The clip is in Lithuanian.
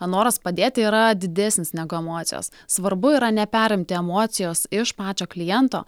noras padėti yra didesnis negu emocijos svarbu yra neperimti emocijos iš pačio kliento